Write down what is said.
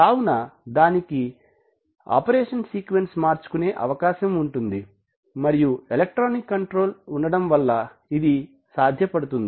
కావున దానికి operation sequence మార్చుకునే అవకాశం ఉంది మరియు ఎలక్ట్రానిక్ కంట్రోల్ ఉండడం వలన ఇది సాధ్యపడింది